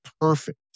perfect